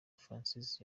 francis